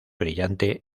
brillante